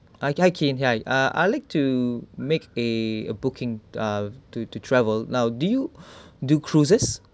hi hi Kim ya uh I like to make a booking uh to to travel now do you do cruises